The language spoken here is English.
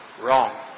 wrong